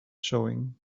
showing